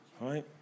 Right